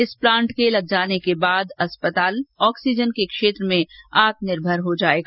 इस प्लांट के लग जाने के बाद अस्पताल ऑक्सीजन के क्षेत्र में आत्मनिर्भर बन जाएगा